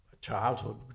childhood